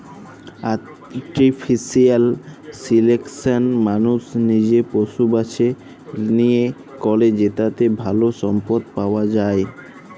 artificial selection মালুস লিজে পশু বাছে লিয়ে ক্যরে যেটতে ভাল সম্পদ পাউয়া যায়